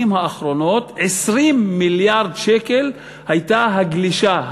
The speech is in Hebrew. האחרונות 20 מיליארד שקל הייתה הגלישה,